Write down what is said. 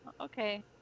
okay